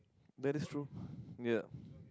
that is true ya